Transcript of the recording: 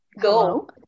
go